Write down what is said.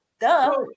Duh